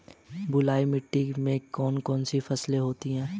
बलुई मिट्टी में कौन कौन सी फसलें होती हैं?